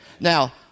Now